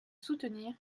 soutenir